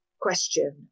question